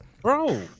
bro